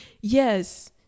yes